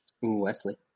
Wesley